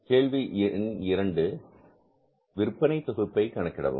கேள்வி எண் 2 விற்பனை தொகுப்பை கணக்கிடவும்